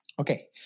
okay